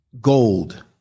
gold